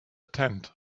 tent